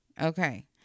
Okay